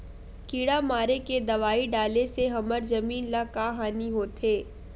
किड़ा मारे के दवाई डाले से हमर जमीन ल का हानि होथे?